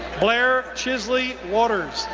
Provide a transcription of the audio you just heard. blair chisley waters,